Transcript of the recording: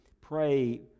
pray